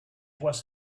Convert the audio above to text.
was